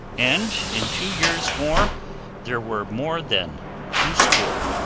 and in two years more there were more than two score.